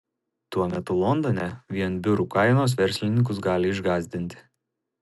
tuo metu londone vien biurų kainos verslininkus gali išgąsdinti